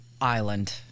Island